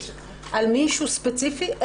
על מישהו ספציפי,